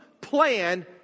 plan